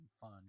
fun